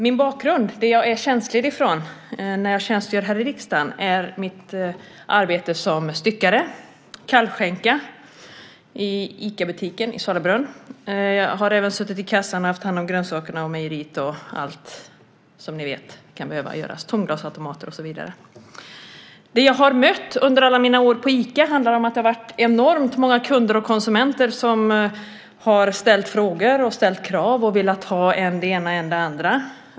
Min bakgrund, det som jag är tjänstledig från när jag tjänstgör här i riksdagen, är mitt arbete som styckare, kallskänka i Icabutiken i Sollebrunn. Jag har även suttit i kassan, haft hand om grönsakerna, mejerierna och allt som ni vet kan behöva göras, tomglasautomater och så vidare. Det jag har mött under alla mina år på Ica är enormt många kunder och konsumenter som har ställt frågor och krav och velat ha än det ena, än det andra.